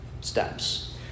steps